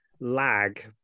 lag